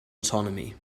autonomy